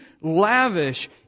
lavish